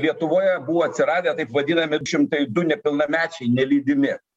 lietuvoje buvo atsiradę taip vadinami šimtai du nepilnamečiai nelydimi